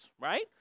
right